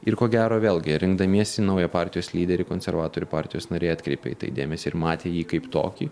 ir ko gero vėlgi rinkdamiesi naują partijos lyderį konservatorių partijos nariai atkreipė tai dėmesį ir matė jį kaip tokį